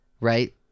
right